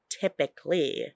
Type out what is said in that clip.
typically